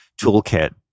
toolkit